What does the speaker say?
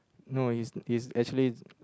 no is is actually